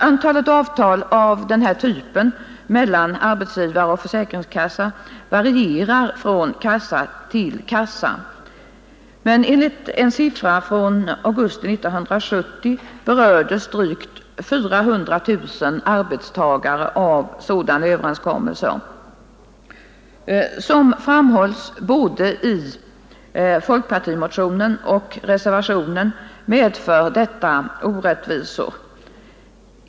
Antalet avtal av den här typen mellan arbetsgivare och försäkringskassa varierar från kassa till kassa, men enligt en siffra från augusti 1970 berördes drygt 400 000 arbetstagare av sådana överenskommelser. Som framhålles både i folkpartimotionen och i reservationen medför detta orättvisor.